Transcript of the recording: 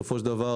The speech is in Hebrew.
בסופו של דבר,